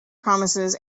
promises